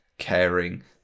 caring